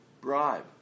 bribe